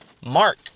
mark